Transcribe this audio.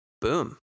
boom